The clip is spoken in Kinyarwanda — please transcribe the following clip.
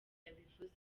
yabivuze